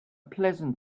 pleasant